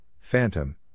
Phantom